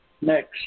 Next